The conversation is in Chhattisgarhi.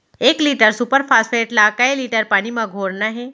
एक लीटर सुपर फास्फेट ला कए लीटर पानी मा घोरना हे?